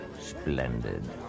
splendid